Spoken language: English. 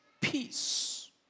peace